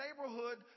neighborhood